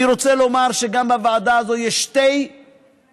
אני רוצה לומר שגם בוועדה הזאת יש שתי נשים